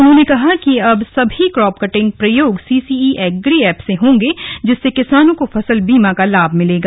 उन्होंने कहा कि अब सभी क्रॉप कटिंग प्रयोग सीसीई एग्री एप से होंगे जिससे किसानों को फसल बीमा का लाभ मिलेगा